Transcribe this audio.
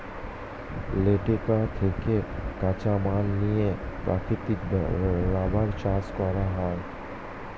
latex থেকে কাঁচামাল নিয়ে প্রাকৃতিক রাবার চাষ করা হয়